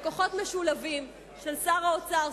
בכוחות משולבים של שר האוצר,